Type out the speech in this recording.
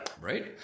Right